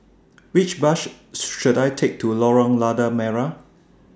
Which Bus should I Take to Lorong Lada Merah